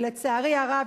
ולצערי הרב,